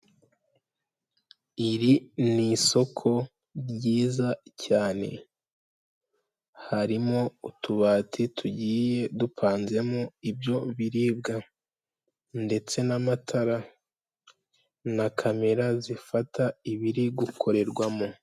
Iri ni isoko ryiza cyane. Harimo utubati tugiye dupanzemo ibyo biribwa ndetse n'amatara na kamera zifata ibiri gukorerwamo.